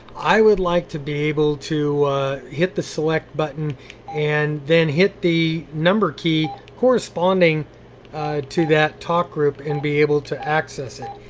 i would like to be able to hit the select button and then hit the number key corresponding to that talk group and be able to access it.